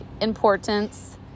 importance